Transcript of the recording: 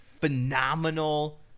phenomenal